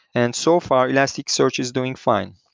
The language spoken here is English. and so far, elasticsearch is doing fine.